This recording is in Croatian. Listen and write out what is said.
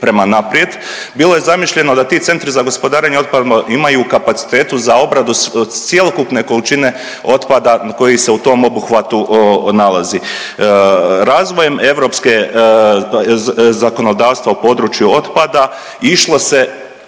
prema naprijed bilo je zamišljeno da ti centri za gospodarenje otpadom imaju u kapacitetu za obradu cjelokupne količine otpada koji se u tom obuhvatu nalazi. Razvojem europske zakonodavstva u području otpada išlo se